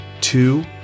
two